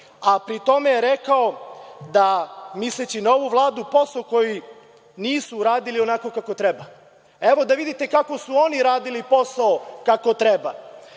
a pri tome je rekao da misleći na ovu Vladu, posao koji nisu uradili onako kako treba. Da vidite kako su oni radili posao kako treba.